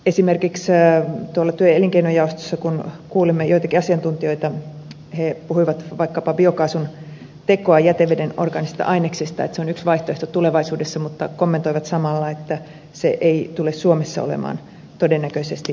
esimerkiksi työ ja elinkeinojaostossa kun kuulimme joitakin asiantuntijoita he puhuivat että vaikkapa biokaasun teko jäteveden orgaanisista aineksista on yksi vaihtoehto tulevaisuudessa mutta kommentoivat samalla että se ei tule suomessa olemaan todennäköisesti vaihtoehto